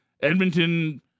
Edmonton